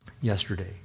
yesterday